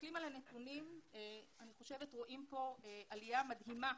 מסתכלים על הנתונים אני חושבת שרואים כאן עלייה מדהימה